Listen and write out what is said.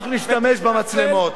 אנחנו נשתמש במצלמות.